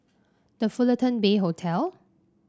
The Fullerton Bay Hotel